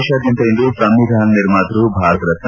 ದೇಶಾದ್ಖಂತ ಇಂದು ಸಂವಿಧಾನ ನಿರ್ಮಾತ್ಯ ಭಾರತ ರತ್ನ